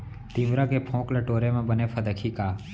तिंवरा के फोंक ल टोरे म बने फदकही का?